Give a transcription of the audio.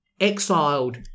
exiled